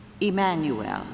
Emmanuel